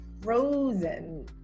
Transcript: frozen